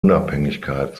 unabhängigkeit